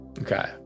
Okay